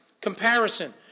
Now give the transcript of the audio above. Comparison